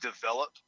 develop